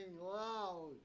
loud